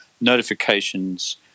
notifications